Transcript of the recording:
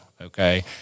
Okay